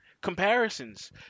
comparisons